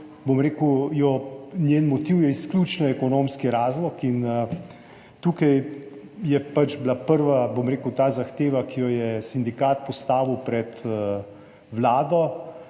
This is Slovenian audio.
njen motiv izključno ekonomski razlog. Tukaj je bila prva zahteva, ki jo je sindikat postavil pred Vlado,